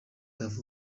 tuff